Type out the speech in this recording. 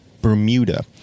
Bermuda